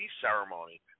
ceremony